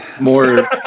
More